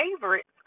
favorites